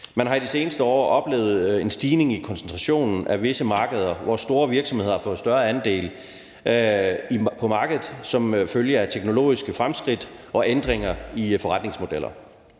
Man har i de seneste år oplevet en stigning i koncentrationen på visse markeder, hvor store virksomheder har fået større andele på markedet som følge af teknologiske fremskridt og ændringer i forretningsmodeller.